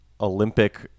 Olympic